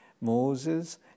Moses